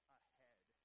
ahead